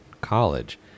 college